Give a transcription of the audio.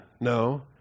No